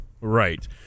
right